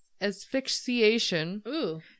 asphyxiation